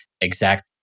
exact